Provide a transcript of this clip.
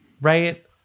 Right